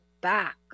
back